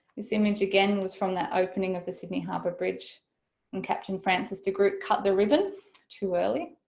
this image again was from that opening of the sydney harbour bridge and captain francis de groot cut the ribbon too early